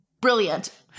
brilliant